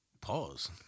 Pause